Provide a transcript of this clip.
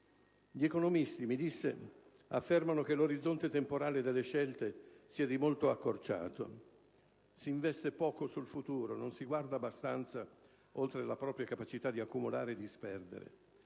«Gli economisti» - mi disse - «affermano che l'orizzonte temporale delle scelte si è di molto accorciato: s'investe poco sul futuro, non si guarda abbastanza oltre la propria capacità di accumulare e disperdere.